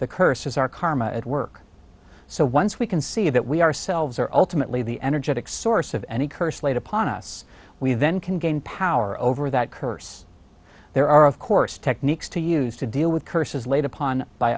the curse is our karma at work so once we can see that we ourselves are ultimately the energetic source of any curse laid upon us we then can gain power over that curse there are of course techniques to use to deal with curses laid upon by